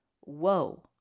whoa